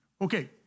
Okay